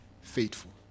faithful